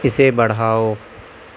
اسے بڑھاؤ